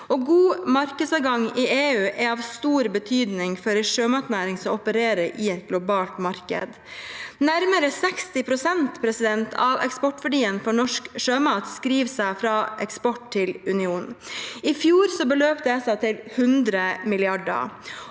God markedsadgang i EU er av stor betydning for en sjømatnæring som opererer i et globalt marked. Nærmere 60 pst. av eksportverdien for norsk sjømat skriver seg fra eksport til unionen. I fjor beløp dette seg til 100 mrd.